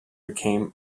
became